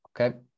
Okay